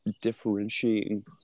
differentiating